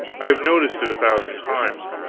i have noticed it a thousand times.